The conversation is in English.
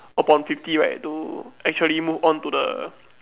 upon fifty right to actually move on to the